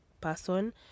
person